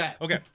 Okay